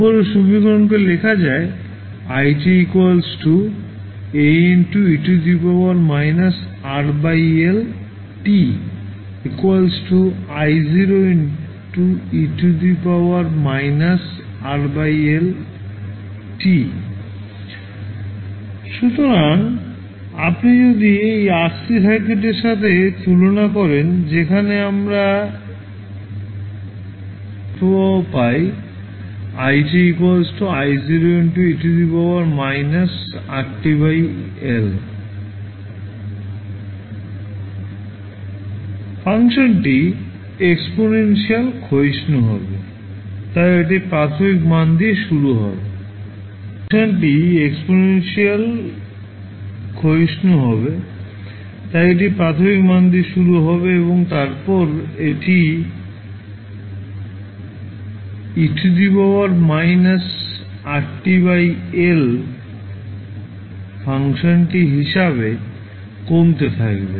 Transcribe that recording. উপরের সমীকরণ কে লেখা যায় সুতরাং আপনি যদি এটি RC সার্কিটের সাথে তুলনা করেন যেখানে আমরা v V e−tRC পেয়েছিলাম এখানে তড়িৎ প্রবাহ পাই ফাংশনটি এক্সপনেনশিয়াল ক্ষয়িষ্ণু হবে তাই এটি প্রাথমিক মান দিয়ে শুরু হবে এবং তারপরে এটি ই ফাংশনটি e−Rt L হিসেবে কমতে থাকবে